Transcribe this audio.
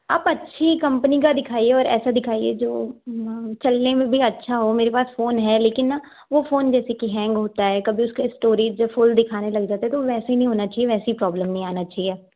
आप अच्छी कंपनी का दिखाइए ओर ऐसा दिखाइए जो चलने मैं भी अच्छा हो मेरे पास फ़ोन है लेकिन ना वो फ़ोन जैसे कि हैंग होता है कभी उसका स्टोरेज भी फ़ुल दिखाने लग जाता है तो वैसा नहीं होना चाहिए वैसी प्रॉब्लम नहीं आना चाहिए